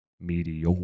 meteor